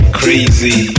crazy